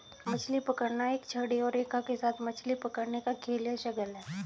मछली पकड़ना एक छड़ी और रेखा के साथ मछली पकड़ने का खेल या शगल है